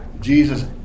Jesus